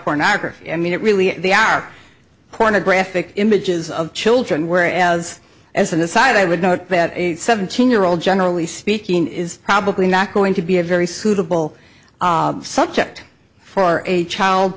pornography i mean it really they are pornographic images of children whereas as an aside i would note that a seventeen year old generally speaking is probably not going to be a very suitable subject for a child